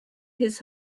his